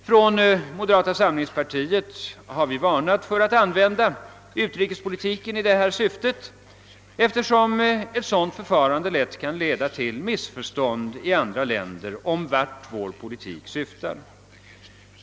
Från moderata samlingspartiets sida har vi ständigt varnat för att använda utrikespolitiken i sådant syfte, eftersom ett sådant förfarande lätt kan leda till missförstånd i andra länder om vart vår politik syftar.